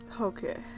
Okay